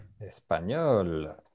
espagnol